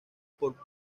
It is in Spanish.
por